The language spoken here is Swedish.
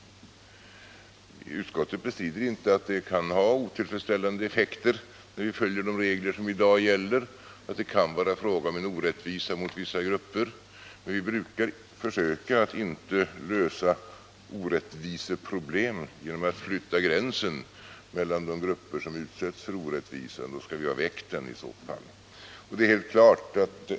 Vi har i utskottet inte bestritt att de regler som i dag gäller kan få otillfredsställande effekter eller att det kan vara fråga om en orättvisa mot vissa grupper, men vi brukar försöka att inte lösa orättviseproblem genom att flytta gränsen mellan de grupper som utsätts för orättvisa, utan i så fall måste vi försöka se till att vi får bort den.